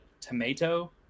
tomato